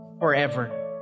forever